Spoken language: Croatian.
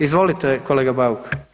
Izvolite kolega Bauk.